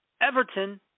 Everton